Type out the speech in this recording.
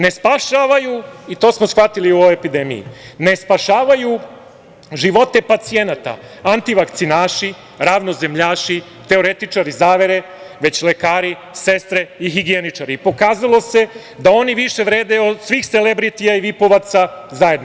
Ne spašavaju i to smo shvatili u ovoj epidemiji, ne spašavaju živote pacijenata antivakcinaši, ravnozemljaši, teoretičari zavere, već lekari, sestre i higijenirači i pokazalo se da oni više vrede od svih selebritija i vipovaca zajedno.